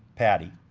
patty.